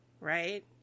right